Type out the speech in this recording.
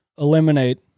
Eliminate